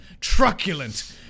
truculent